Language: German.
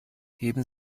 heben